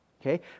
Okay